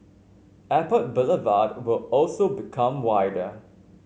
Airport Boulevard will also become wider